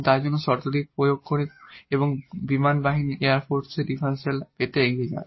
তার জন্য এখানে শর্তটি পরীক্ষা করুন এবং বিমান বাহিনীর ডিফারেনশিয়াল পেতে এগিয়ে যান